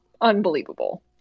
unbelievable